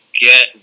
get